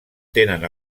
tenen